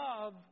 love